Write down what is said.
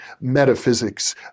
metaphysics